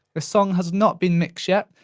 ah song has not been mixed yet,